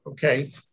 Okay